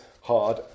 hard